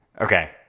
Okay